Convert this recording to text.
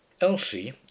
Elsie